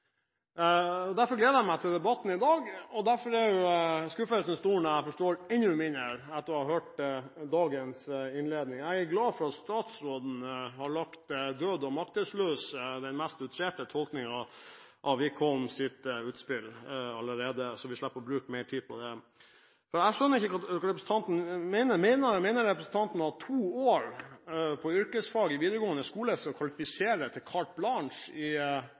Derfor gledet jeg meg til debatten i dag, og derfor er skuffelsen stor når jeg forstår enda mindre etter å ha hørt dagens innledning. Jeg er glad for at statsråden allerede har lagt død og maktesløs den mest outrerte tolkningen av Wickholms utspill, slik at vi slipper å bruke mer tid på det, for jeg skjønner ikke hva representanten mener. Mener representanten at to år med yrkesfag i videregående skole skal kvalifisere til carte blanche i